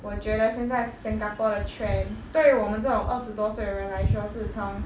我觉得现在 singapore 的 trend 对于我们这种二十多岁的人来说是从